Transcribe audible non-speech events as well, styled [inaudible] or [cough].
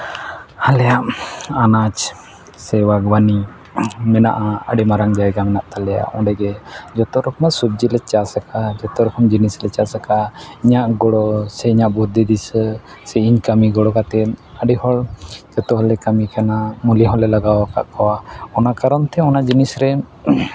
ᱟᱞᱮᱭᱟᱜ ᱟᱱᱟᱡᱽ ᱥᱮ [unintelligible] ᱢᱮᱱᱟᱜᱼᱟ ᱟᱹᱰᱤ ᱢᱟᱨᱟᱝ ᱡᱟᱭᱜᱟ ᱢᱮᱱᱟᱜ ᱛᱟᱞᱮᱭᱟ ᱚᱸᱰᱮ ᱜᱮ ᱡᱚᱛᱚ ᱨᱚᱠᱚᱢᱟᱜ ᱥᱚᱵᱽᱡᱤ ᱞᱮ ᱪᱟᱥ ᱟᱠᱟᱫᱼᱟ ᱡᱚᱛᱚ ᱨᱚᱠᱚᱢ ᱡᱤᱱᱤᱥ ᱞᱮ ᱪᱟᱥ ᱟᱠᱟᱫᱼᱟ ᱤᱧᱟᱹᱜ ᱜᱚᱲᱚ ᱥᱮ ᱤᱧᱟᱹᱜ ᱵᱩᱫᱽᱫᱷᱤ ᱫᱤᱥᱟᱹ ᱥᱮ ᱤᱧ ᱠᱟᱹᱢᱤ ᱜᱚᱲᱚ ᱠᱟᱛᱮᱫ ᱟᱹᱰᱤ ᱦᱚᱲ ᱡᱚᱛᱚ ᱦᱚᱲᱞᱮ ᱠᱟᱹᱢᱤ ᱠᱟᱱᱟ ᱢᱩᱞᱭᱟᱹ ᱦᱚᱸᱞᱮ ᱞᱟᱜᱟᱣ ᱟᱠᱟᱫ ᱠᱚᱣᱟ ᱚᱱᱟ ᱠᱟᱨᱚᱱ ᱛᱮ ᱚᱱᱟ ᱡᱤᱱᱤᱥ ᱨᱮ